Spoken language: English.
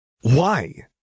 Why